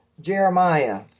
Jeremiah